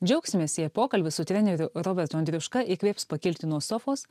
džiaugsimės jei pokalbis su treneriu robertu andriuška įkvėps pakilti nuo sofos